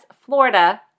Florida